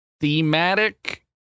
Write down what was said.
thematic